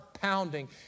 pounding